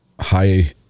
high